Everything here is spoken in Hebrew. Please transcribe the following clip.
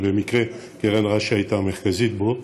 שבמקרה קרן רש"י הייתה המרכזית בו,